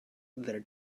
their